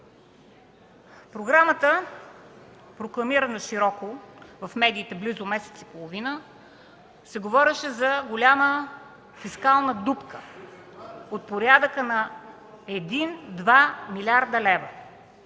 програмата, прокламирана широко в медиите близо месец и половина, се говореше за голяма фискална дупка от порядъка на един-два милиарда лева.